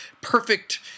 perfect